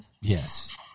Yes